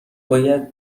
باید